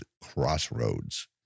Crossroads